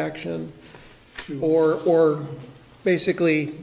action or or basically